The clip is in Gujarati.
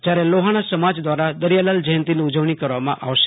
જયારે લોફાણા સમાજમ દ્વારા દરિયાલાલ જયંતીની ઉજવણી કરવામાં આવશે